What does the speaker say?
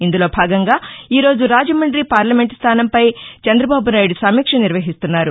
ఇందులో భాగంగా ఈరోజు రాజమండి పార్లమెంటు స్థానంపై చందబాబు నాయుడు సమీక్ష నిర్వహిస్తున్నారు